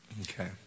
Okay